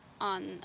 On